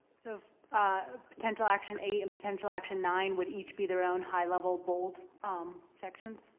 so ah potential action eight and potential action nine would each be their own high level bold um sections?